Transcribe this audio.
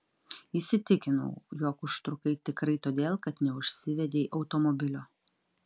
įsitikinau jog užtrukai tikrai todėl kad neužsivedei automobilio